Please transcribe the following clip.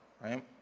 right